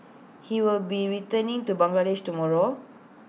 he will be returning to Bangladesh tomorrow